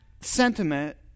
sentiment